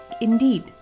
Indeed